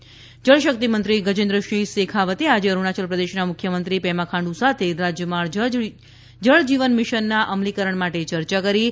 શેખાવત અરુણાચલ જળ શક્તિ મંત્રી ગજેન્દ્રસિંહ શેખાવતે આજે અરુણાચલ પ્રદેશના મુખ્યમંત્રી પેમા ખાંડુ સાથે રાજ્યમાં જળ જીવન મિશનના અમલીકરણ માટે ચર્ચા કરી હતી